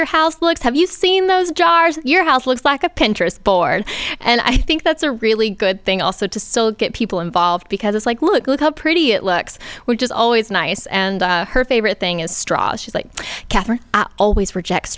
your house looks have you seen those jars your house looks like a pinterest board and i think that's a really good thing also to still get people involved because it's like look look up pretty it looks which is always nice and her favorite thing is straw she's like catherine always rejects